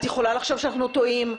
את יכולה לחשוב שאנחנו טועים,